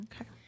Okay